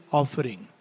offering